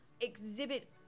exhibit